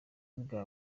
bwa